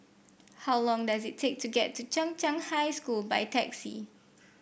how long does it take to get to Chung Cheng High School by taxi